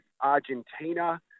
Argentina